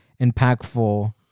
impactful